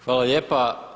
Hvala lijepa.